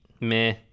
Meh